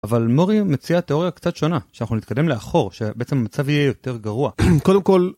אבל מורי מציעה תיאוריה קצת שונה שאנחנו נתקדם לאחור שבעצם המצב יהיה יותר גרוע קודם כל.